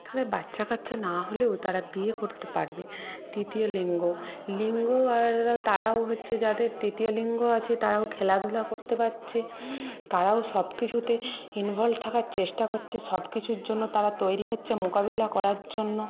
তাদের বাচ্চা কাচ্চা না হলেও তারা বিয়ে করতে পারবে তৃতীয় লিঙ্গও লিঙ্গ তারাও হচ্ছে যাদের তৃতীয় লিঙ্গ আছে তারাও খেলাধুলা করতে পারছে তারাও সব কিছুতে ইনভলভড থাকার চেষ্টা করছে সব কিছুর জন্য তারা তৈরি হচ্ছে মোকাবিলা করার জন্য